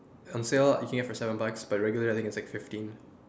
on sale you can get for seven bucks but regular is like fifteen